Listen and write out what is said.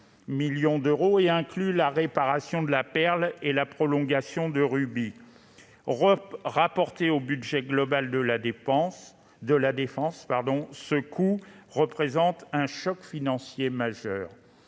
millions d'euros et inclut la réparation de la Perle et la prolongation du Rubis. Rapporté au budget global de la défense, ce coût représente un choc financier majeur.